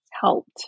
helped